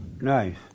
Nice